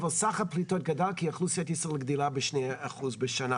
אבל סך הפליטות גדל כי אוכלוסיית ישראל גדלה ב-2% בשנה.